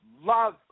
love